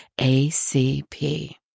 ACP